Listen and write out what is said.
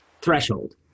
threshold